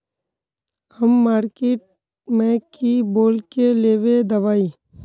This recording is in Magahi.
हम मार्किट में की बोल के लेबे दवाई?